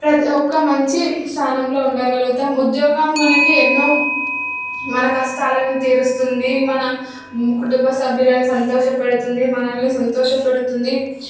ప్రతి ఒక్క మంచి స్థానంలో ఉండగలుగుతాం ఉద్యోగం మనకి ఎన్నో మన కష్టాలను తీరుస్తుంది మన కుటుంబ సభ్యులను సంతోష పెడుతుంది మనల్ని సంతోషపెడుతుంది